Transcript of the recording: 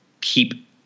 keep